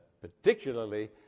particularly